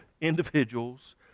individuals